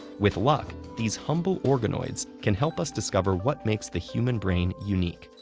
with luck, these humble organoids can help us discover what makes the human brain unique,